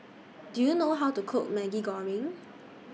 Do YOU know How to Cook Maggi Goreng